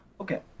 Okay